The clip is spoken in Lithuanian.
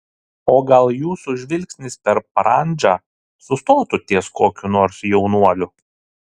o gal jūsų žvilgsnis per parandžą sustotų ties kokiu nors jaunuoliu